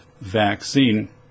vaccine